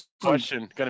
question